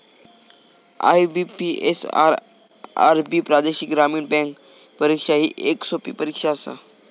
IBPS, RRB प्रादेशिक ग्रामीण bank परीक्षा ही येक सोपी परीक्षा आसा